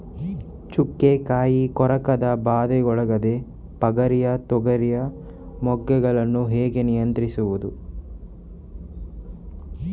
ಚುಕ್ಕೆ ಕಾಯಿ ಕೊರಕದ ಬಾಧೆಗೊಳಗಾದ ಪಗರಿಯ ತೊಗರಿಯ ಮೊಗ್ಗುಗಳನ್ನು ಹೇಗೆ ನಿಯಂತ್ರಿಸುವುದು?